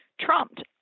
trumped